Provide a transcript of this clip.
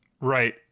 Right